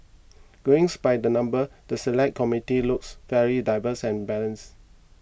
going by the numbers the Select Committee looks fairly diverse and balanced